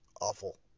awful